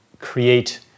create